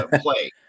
play